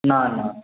না না